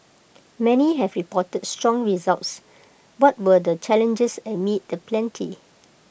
many have reported strong results what were the challenges amid the plenty